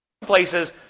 places